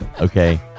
Okay